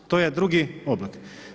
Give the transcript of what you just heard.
To je drugi oblik.